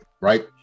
right